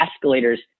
escalators